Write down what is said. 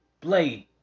Blade